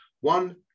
one